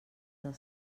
del